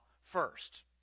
first